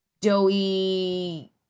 doughy